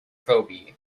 proby